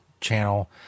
channel